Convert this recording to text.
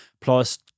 plus